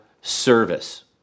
service